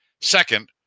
second